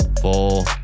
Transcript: full